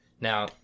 Now